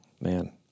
man